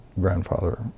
grandfather